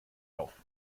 auf